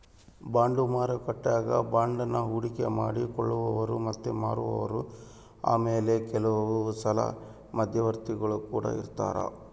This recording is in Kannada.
ಬಾಂಡು ಮಾರುಕಟ್ಟೆಗ ಬಾಂಡನ್ನ ಹೂಡಿಕೆ ಮಾಡಿ ಕೊಳ್ಳುವವರು ಮತ್ತೆ ಮಾರುವವರು ಆಮೇಲೆ ಕೆಲವುಸಲ ಮಧ್ಯವರ್ತಿಗುಳು ಕೊಡ ಇರರ್ತರಾ